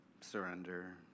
surrender